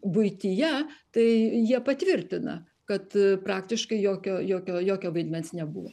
buityje tai jie patvirtina kad praktiškai jokio jokio jokio vaidmens nebuvo